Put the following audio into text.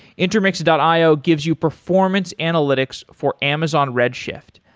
intermix and io gives you performance analytics for amazon redshift.